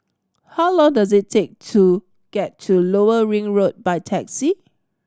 how long does it take to get to Lower Ring Road by taxi